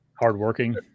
hardworking